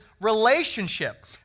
relationship